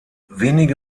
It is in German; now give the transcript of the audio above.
wenige